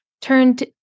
turned